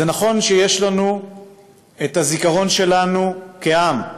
אז זה נכון שיש לנו את הזיכרון שלנו כעם,